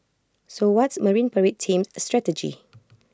so what's marine parade team's strategy